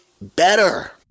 better